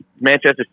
Manchester